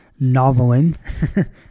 noveling